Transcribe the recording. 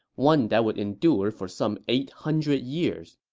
one that would endure for some eight hundred years